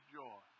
joy